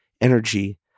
energy